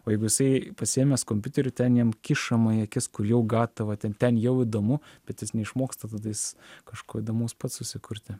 o jeigu jisai pasiėmęs kompiuterį ten jam kišamą į akis kur jau gatava ten ten jau įdomu bet jis neišmoksta tada jis kažko įdomaus pats susikurti